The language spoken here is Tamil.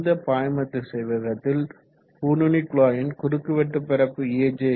இந்த பாய்ம திசைவேகத்தில் கூர்நுனிக்குழாயின் குறுக்கு வெட்டுப் பரப்பு aj